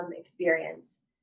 experience